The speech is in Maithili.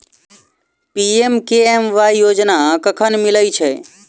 पी.एम.के.एम.वाई योजना कखन मिलय छै?